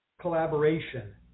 collaboration